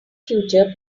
future